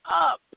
up